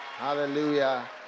hallelujah